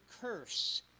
curse